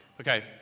Okay